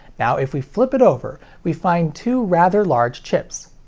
now if we flip it over, we find two rather large chips.